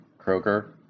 Kroger